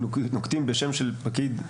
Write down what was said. --- שנוקטים בשם של פקיד.